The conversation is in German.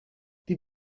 die